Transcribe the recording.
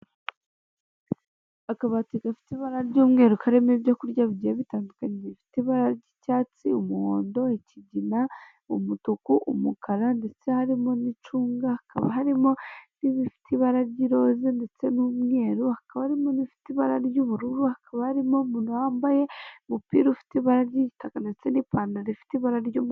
Akabati gafite ibara ry'umweru, karimo ibyokurya bigiye bitandukanye, bifite ibara ry'icyatsi, umuhondo, ikigina, umutuku, umukara, ndetse harimo n'icunga, hakaba harimo n'ibifite ibara ry'iroze, ndetse n'umweru, kaba harimo n'ifite ibara ry'ubururu, hakaba harimo umuntu wambaye umupira ufite ibara ry'igitaka, ndetse n'ipantaro rifite ibara ry'umukara.